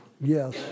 Yes